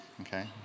okay